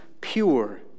pure